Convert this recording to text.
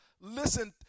listen